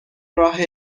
راه